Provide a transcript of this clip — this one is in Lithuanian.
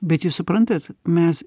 bet jūs suprantat mes